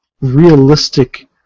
realistic